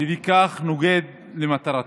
ולפיכך נוגד את מטרתו.